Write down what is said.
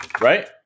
Right